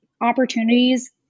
opportunities